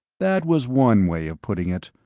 that was one way of putting it,